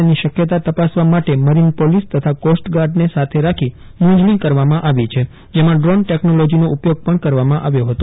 તેની શકયતા તપાસવા માટે મરીન પોલીસ તથા કોસ્ટગાર્કને સાથે રાખી મોજજી કરવામાં આવી છે જેમાં ક્રોન ટેકનોલોજીનો ઉપયોગ પશ કરવામાં આવ્યો હતો